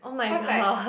cause like